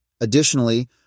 Additionally